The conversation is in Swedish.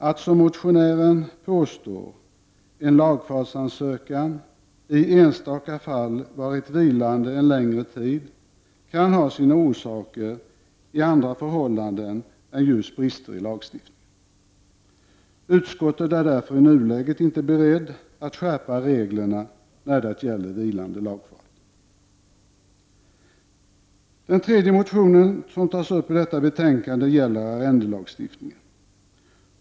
Att, som motionären påstår, en lagfartsansökan i enstaka fall varit vilande en längre tid, kan ha sina orsaker i andra förhållanden än just brister i lagstiftningen. Utskottet är därför i nuläget inte berett att skärpa reglerna när det gäller vilande lagfart. Den tredje motionen som tas upp i detta betänkande gäller arrendelagstiftningen.